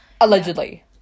Allegedly